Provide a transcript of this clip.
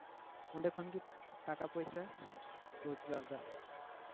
ᱚᱰᱮ ᱠᱷᱚᱱ ᱜᱮ ᱴᱟᱠᱟ ᱯᱚᱭᱥᱟ ᱨᱳᱡᱽᱜᱟᱨ ᱫᱟ